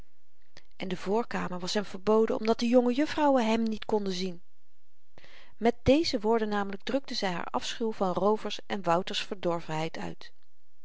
en de voorkamer was hem verboden omdat de jonge jufvrouwen hem niet konden zien met deze woorden namelyk drukten zy haar afschuw van roovers en wouter's verdorvenheid uit